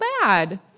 bad